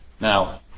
Now